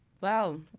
Wow